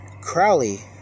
Crowley